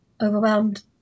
overwhelmed